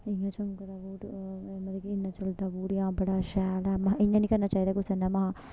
इ'यां चलदा बूट मतलब कि इन्ना चलदा बूट जां बड़ा शैल ऐ महां इ'यां नी करना चाहिदा कुसै ने महां